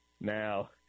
Now